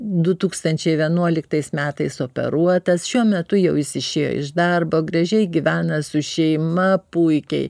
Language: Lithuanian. du tūkstančiai vienuoliktais metais operuotas šiuo metu jau jis išėjo iš darbo gražiai gyvena su šeima puikiai